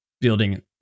building